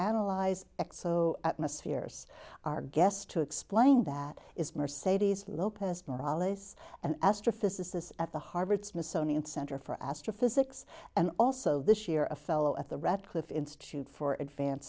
analyze exo atmospheres our guest to explain that is mercedes lopez morales an astrophysicist at the harvard smithsonian center for astrophysics and also this year a fellow at the redcliffe institute for advance